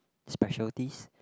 specialties